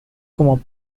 como